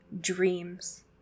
dreams